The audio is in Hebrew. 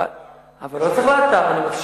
באתר שלי,